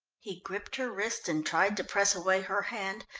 he gripped her wrist and tried to press away her hand,